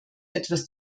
etwas